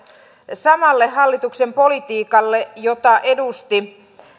samalle hallituksen politiikalle jota edustivat